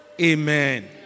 Amen